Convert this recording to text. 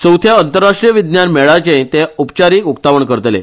चौथ्या अंतरराष्ट्रीय विज्ञान मेळ्याचेय ते उपचारिक उक्तावण करतले